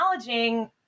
acknowledging